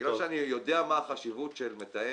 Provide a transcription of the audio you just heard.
בגלל שאני יודע מה החשיבות של מתאם,